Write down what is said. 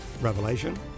Revelation